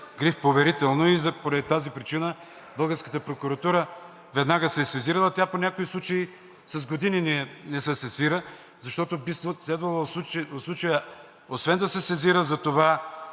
гриф „Поверително“ и поради тази причина българската прокуратура веднага се е сезирала. Тя по някои случаи с години не се сезира, защото би следвало в случая, освен да се сезира за това,